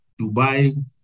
Dubai